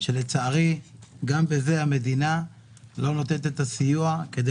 שלצערי גם בזה המדינה לא נותנת סיוע כדי